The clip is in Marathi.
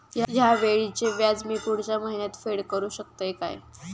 हया वेळीचे व्याज मी पुढच्या महिन्यात फेड करू शकतय काय?